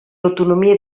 autonomia